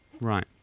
Right